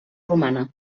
romana